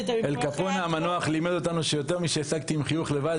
אל קפונה המנוח לימד אותנו שיותר משהשגתי עם חיוך לבד,